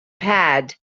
pad